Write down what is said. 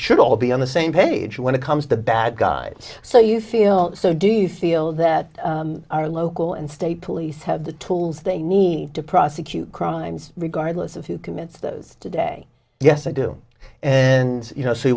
should all be on the same page when it comes to bad guys so you feel so do you feel that our local and state police have the tools they need to prosecute crimes regardless of who commits those today yes i do and you know